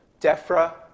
DEFRA